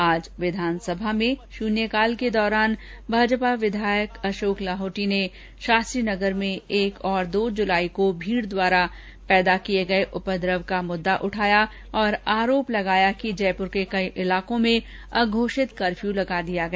आज विधानसभा में शून्यकाल के दौरान भाजपा विधायक अशोक लाहौटी ने शास्त्रीनगर में एक और दो जुलाई को भीड़ द्वारा मचाये गये उपद्रव का मुद्दा उठाया और आरोप लगाया कि जयपुर के कई इलाकों में अघोषित कफर्य लगा दिया गया